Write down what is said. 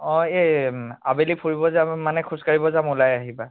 অঁ এই আবেলি ফুৰিব যাম মানে খোজকাঢ়িব যাম ওলাই আহিবা